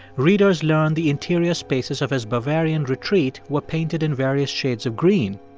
readers learn the interior spaces of his bavarian retreat were painted in various shades of green.